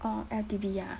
oh L_T_B ah